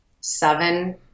seven